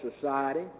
society